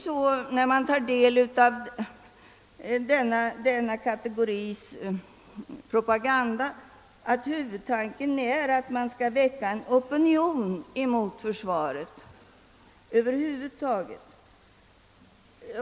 När man tar del av denna propaganda finner man att huvudtanken är att det skall väckas en opinion mot försvaret över huvud taget.